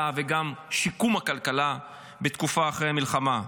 וגם לשיקום הכלכלה בתקופה אחרי המלחמה.